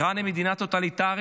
איראן היא מדינה טוטליטרית